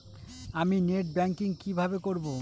আমি net banking কিভাবে করব?